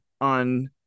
on